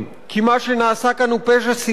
כי מה שנעשה כאן הוא פשע שנאה,